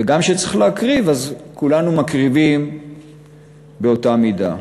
וגם כשצריך להקריב, אז כולנו מקריבים באותה מידה.